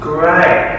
Great